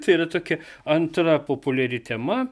tai yra tokia antra populiari tema